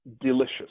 delicious